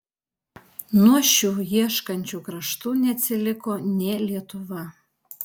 nuo šių ieškančių kraštų neatsiliko nė lietuva